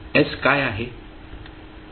s काय आहे